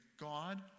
God